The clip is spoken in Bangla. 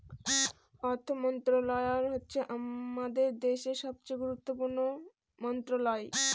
অর্থ মন্ত্রণালয় হচ্ছে আমাদের দেশের সবচেয়ে গুরুত্বপূর্ণ মন্ত্রণালয়